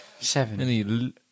Seven